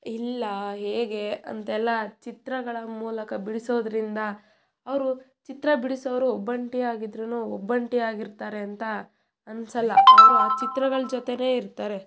ಇಲ್ಲ ಹೇಗೆ ಅಂತೆಲ್ಲ ಚಿತ್ರಗಳ ಮೂಲಕ ಬಿಡಿಸೋದರಿಂದ ಅವರು ಚಿತ್ರ ಬಿಡಿಸೋವ್ರು ಒಬ್ಬಂಟಿಯಾಗಿದ್ರೂ ಒಬ್ಬಂಟಿಯಾಗಿರ್ತಾರೆ ಅಂತ ಅನ್ಸೊಲ್ಲ ಅವರು ಆ ಚಿತ್ರಗಳ ಜೊತೆಯೇ ಇರ್ತಾರೆ